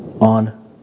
on